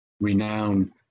renowned